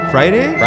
Friday